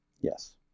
Yes